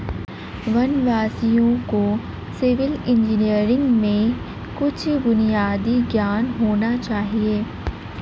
वनवासियों को civil engineering में कुछ बुनियादी ज्ञान होना चाहिए